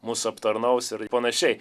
mus aptarnaus ir pan